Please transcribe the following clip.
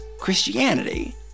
Christianity